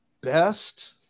best